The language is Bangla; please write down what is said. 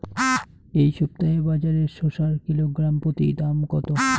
এই সপ্তাহে বাজারে শসার কিলোগ্রাম প্রতি দাম কত?